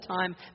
time